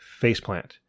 faceplant